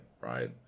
right